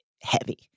heavy